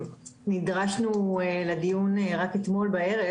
נדרשנו לדיון רק אתמול בערב.